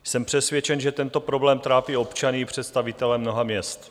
Jsem přesvědčen, že tento problém trápí občany i představitele mnoha měst.